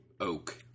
oak